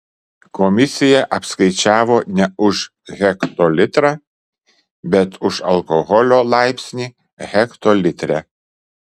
komisija apskaičiavo ne už hektolitrą bet už alkoholio laipsnį hektolitre